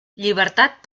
llibertat